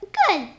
good